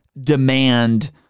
Demand